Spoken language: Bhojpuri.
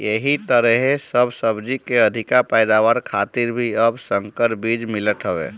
एही तरहे सब सब्जी के अधिका पैदावार खातिर भी अब संकर बीज मिलत हवे